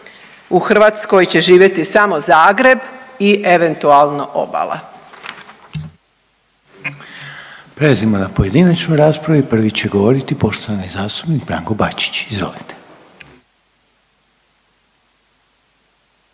u Hrvatskoj će živjeti samo Zagreb i eventualno obala. **Reiner, Željko (HDZ)** Prelazimo na pojedinačnu raspravu i prvi će govoriti poštovani zastupnik Branko Bačić. Izvolite.